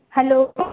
hello